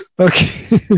Okay